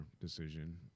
decision